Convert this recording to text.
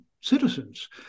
citizens